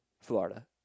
Florida